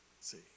see